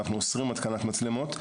אנחנו אוסרים התקנת מצלמות,